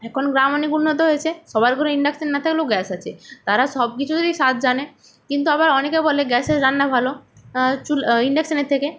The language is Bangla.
এখন গ্রাম অনেক উন্নত হয়েছে সবার ঘরে ইন্ডাকশান না থাকলেও গ্যাস আছে তারা সব কিছুরই স্বাদ জানে কিন্তু আবার অনেকে বলে গ্যাসের রান্না ভালো চুলা ইন্ডাকশানের থেকে